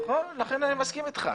נכון, אני מסכים אתך.